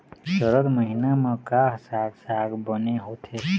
सरद महीना म का साक साग बने होथे?